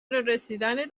رسیدن